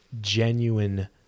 genuine